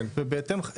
בהתאם לכך,